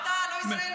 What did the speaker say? לא אתה, לא ישראל בנתה.